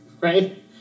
Right